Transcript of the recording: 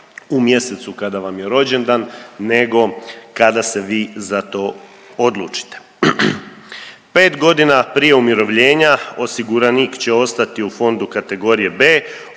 u mjesecu kada vam je rođendan nego kada se vi za to odlučite. Pet godina prije umirovljenja osiguranik će ostati u fondu kategorije B,